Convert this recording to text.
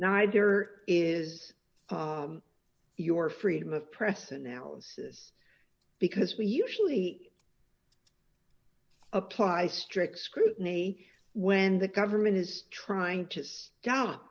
neither is your freedom of press analysis because we usually apply strict scrutiny when the government is trying to stop